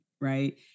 right